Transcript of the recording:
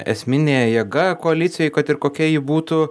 esminė jėga koalicijoj kad ir kokia ji būtų